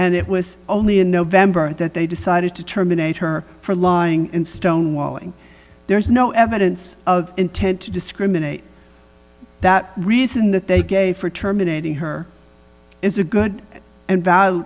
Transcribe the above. and it was only in november that they decided to terminate her for lying in stonewalling there's no evidence of intent to discriminate that reason that they gave for terminating her is a good and valid